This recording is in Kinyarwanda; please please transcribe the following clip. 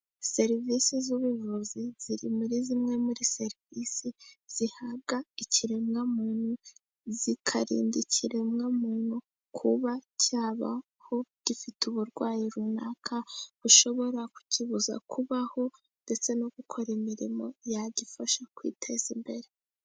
Serivise z'ubuvuzi ziri muri zimwe muri serivise zihabwa ikiremwamuntu, zikarinda ikiremwamuntu kuba cyabaho gifite uburwayi runaka, bushobora kukibuza kubaho ndetse no gukora imirimo yagifasha kwiteza imbere.